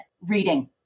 reading